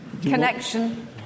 connection